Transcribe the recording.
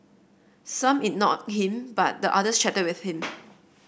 some ignored him but the others chatted with him